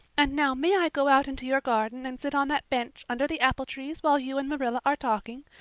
and now may i go out into your garden and sit on that bench under the apple-trees while you and marilla are talking?